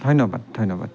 ধন্য়বাদ ধন্য়বাদ